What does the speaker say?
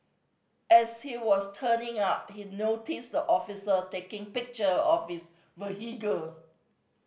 as he was turning out he noticed the officer taking picture of his vehicle